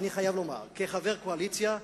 ואני חייב לומר, כחבר הקואליציה,